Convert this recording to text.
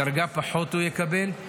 דרגה פחות הוא יקבל.